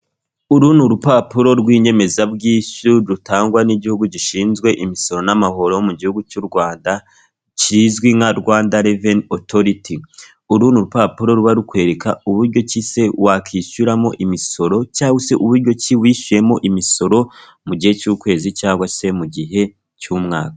Uru ni urupapuro rw'inyemezabwishyu rutangwa n'igihugu gishinzwe imisoro n'amahoro mu gihugu cy'u Rwanda, kizwi nka Rwanda reveni otoroti. Uru ni urupapuro ruba rukwereka uburyo ki se wakwishyuramo imisoro cyangwa se uburyo ki wishyuyemo imisoro mu gihe cy'ukwezi cyangwa se mu gihe cy'umwaka.